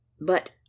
But